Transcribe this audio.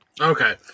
Okay